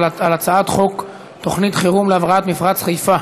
הצעת חוק תוכנית חירום להבראת מפרץ חיפה,